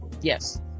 yes